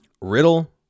Riddle